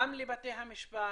גם לבתי המשפט,